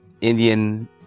Indian